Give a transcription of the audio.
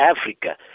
Africa